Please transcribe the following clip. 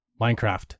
Minecraft